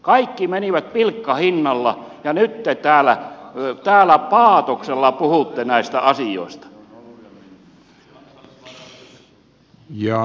kaikki menivät pilkkahinnalla ja nyt te täällä paatoksella puhutte näistä asioista